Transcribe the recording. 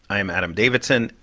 i am adam davidson,